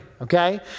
okay